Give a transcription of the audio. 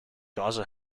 gaza